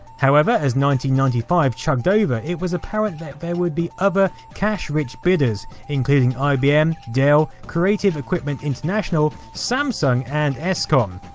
however ninety ninety five chugged over, it was apparent that there could be other cash rich bidders including ibm, dell, creative equipment international, samsung and escom.